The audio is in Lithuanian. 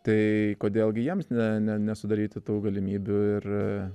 tai kodėl gi jiems ne nesudaryti tų galimybių ir